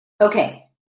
Okay